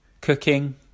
cooking